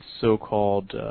so-called